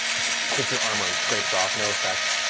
just hits your armor and scrapes off, no effect.